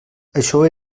això